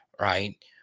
right